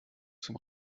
zum